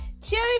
chili